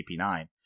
CP9